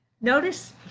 Notice